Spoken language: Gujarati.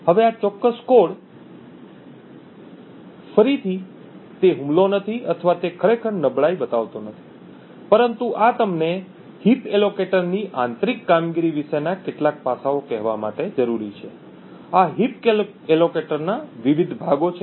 હવે આ ચોક્કસ કોડ ફરીથી તે હુમલો નથી અથવા તે ખરેખર નબળાઈ બતાવતો નથી પરંતુ આ તમને heap allocator ની આંતરિક કામગીરી વિશેના કેટલાક પાસાઓ કહેવા માટે જરૂરી છે આ heapહીપ ફાળવણીકાર ના વિવિધ ભાગો છે